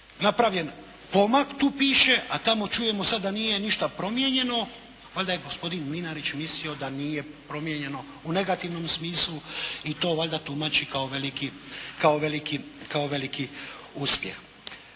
napravljen pomak tu piše, a tamo čujemo sada da nije ništa promijenjeno, valjda je gospodin Mlinarić mislio da nije promijenjeno u negativnom smislu, i to valjda tumači kao veliki uspjeh.